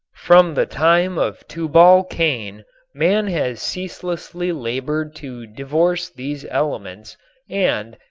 from the time of tubal cain man has ceaselessly labored to divorce these elements and,